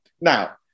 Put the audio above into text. Now